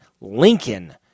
Lincoln